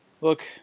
look